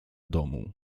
domu